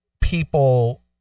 people